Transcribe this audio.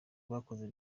bakoze